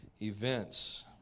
events